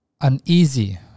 uneasy